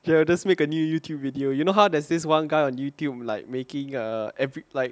jarrell just make a new Youtube video you know how there's this one guy on Youtube like making a every like